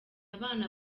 abana